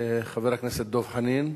חבר הכנסת דב חנין,